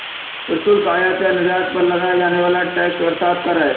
प्रशुल्क, आयात या निर्यात पर लगाया जाने वाला टैक्स अर्थात कर है